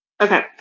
Okay